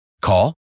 Call